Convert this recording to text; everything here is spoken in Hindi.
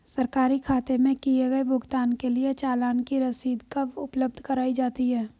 सरकारी खाते में किए गए भुगतान के लिए चालान की रसीद कब उपलब्ध कराईं जाती हैं?